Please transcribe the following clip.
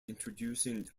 introducing